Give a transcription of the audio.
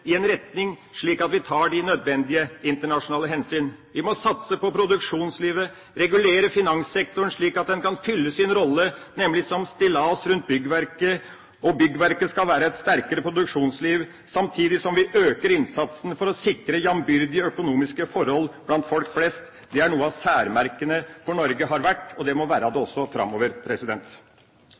i en retning, slik at vi tar de nødvendige internasjonale hensyn. Vi må satse på produksjonslivet og regulere finanssektoren, slik at den kan fylle sin rolle, nemlig som stillas rundt byggverket, som skal være et sterkere produksjonsliv, samtidig som vi øker innsatsen for å sikre jambyrdige økonomiske forhold blant folk flest. Det har vært et av særmerkene for Norge, og det må det også være framover.